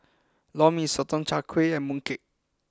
Lor Mee Sotong Char Kway and Mooncake